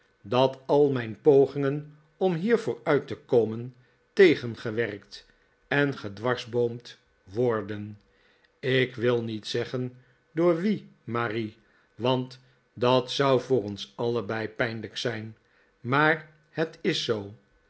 dat al mijn pogingen om hier vooruit te komen tegengewerkt en gedwarsboomd worden ik wil niet zeggen door wien marie want dat zou voor ons allebei pijnlijk zijn maar het is zoo